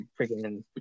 freaking